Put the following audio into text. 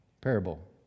parable